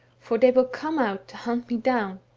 for they will come out to hunt me down.